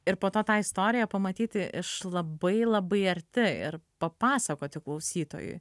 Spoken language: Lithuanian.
ir po to tą istoriją pamatyti iš labai labai arti ir papasakoti klausytojui